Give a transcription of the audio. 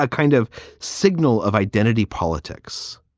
ah kind of signal of identity politics.